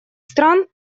стран